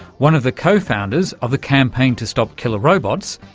one of the co-founders of the campaign to stop killer robots,